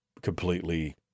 completely